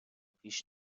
پیش